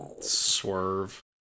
Swerve